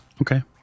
Okay